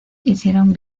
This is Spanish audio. hicieron